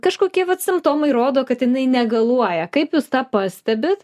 kažkokie vat simptomai rodo kad jinai negaluoja kaip jūs tą pastebit